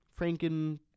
Franken